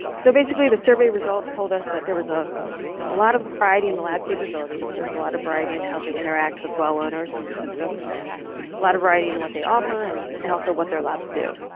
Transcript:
so basically the survey results told us that there was ah a lot of variety in the lab capabilities. there's a lot of variety in how they interact with well owners in the system. a lot of variety and what they offer and and also what their labs do.